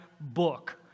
book